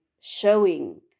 showing